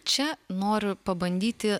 čia noriu pabandyti